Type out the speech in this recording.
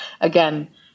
again